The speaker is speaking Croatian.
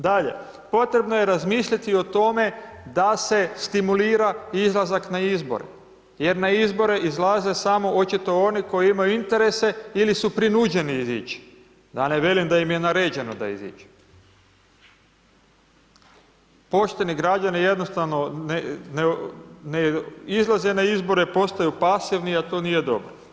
Dalje, potrebno je razmisliti o tome da se stimulira izlazak na izbore jer na izbore izlaze samo očito oni koji imaju interese ili su prinuđeni izić, da ne velim da im je naređeno da iziđu, pošteni građani jednostavno ne izlaze na izbore, postaju pasivni, a to nije dobro.